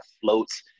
floats